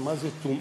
על מה זה טומאה.